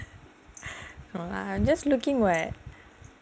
I'm just looking [what]